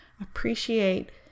appreciate